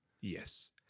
Yes